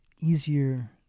easier